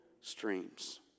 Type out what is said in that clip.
streams